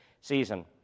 season